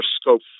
scope